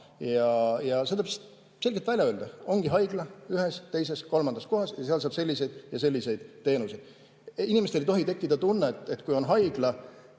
See tuleb selgelt välja öelda. Ongi haigla ühes, teises, kolmandas kohas ja seal saab selliseid ja selliseid teenuseid. Inimestel ei tohi tekkida tunnet, et kui on haigla,